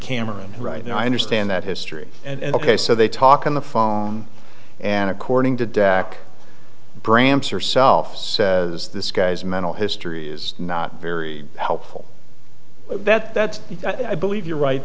cameron right now i understand that history and ok so they talk on the phone and according to dec brams herself says this guy's mental history is not very helpful that i believe you're right